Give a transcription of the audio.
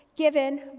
given